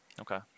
okay